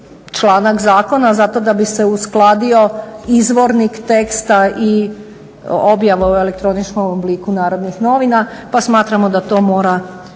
članak zakona zato da bi se uskladio izvornik teksta i objava u elektroničkom obliku "Narodnih novina", pa smatramo da to moraju